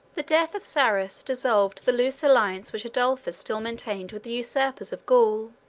the death of sarus dissolved the loose alliance which adolphus still maintained with the usurpers of gaul.